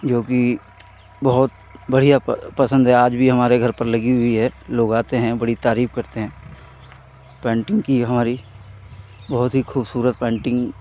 जोकि बहुत बढ़ियाँ प पसन्द है आज भी हमारे घर पर लगी हुई है लोग आते हैं बड़ी तारीफ़ करते हैं पेन्टिन्ग की हमारी बहुत ही खूबसूरत पेन्टिन्ग